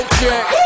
check